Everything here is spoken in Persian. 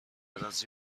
رازی